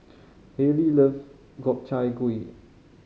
Haylie love Gobchang Gui